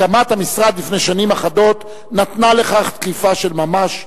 הקמת המשרד לפני שנים אחדות נתנה לזה דחיפה של ממש,